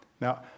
Now